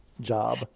job